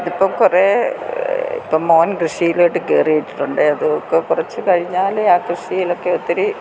ഇതിപ്പോൾ കുറേ ഇപ്പോൾ മകൻ കൃഷിയിലോട്ട് കയറിയിട്ടുണ്ട് അത് ഒക്കെ കുറച്ചു കഴിഞ്ഞാൽ ആ കൃഷിയിൽ ഒക്കെ ഒത്തിരി